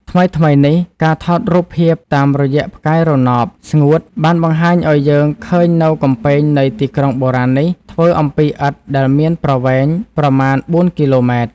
ថ្មីៗនេះ ការថតរូបភាពតាមរយៈផ្កាយរណប (ស្ងួត) បានបង្ហាញឱ្យយើងឃើញនូវកំពែងនៃទីក្រុងបុរាណនេះ ធ្វើអំពីឥដ្ឋដែលមានប្រវែង ប្រមាណ ៤គីឡូម៉ែត្រ ។